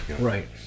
right